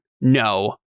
no